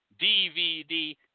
DVD